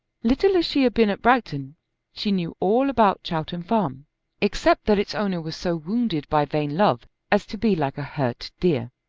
little as she had been at bragton she knew all about chowton farm except that its owner was so wounded by vain love as to be like a hurt deer.